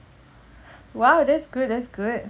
!wow! that's good that's good